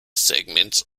segments